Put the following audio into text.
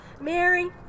Mary